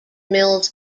mills